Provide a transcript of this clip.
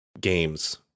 games